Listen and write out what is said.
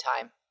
time